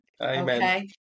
Amen